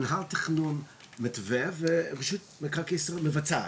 מינהל התכנון מתווה ורשות מקרקעי ישראל מבצעת,